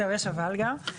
זהו, יש 'אבל' גם.